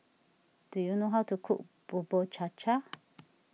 do you know how to cook Bubur Cha Cha